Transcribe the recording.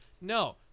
No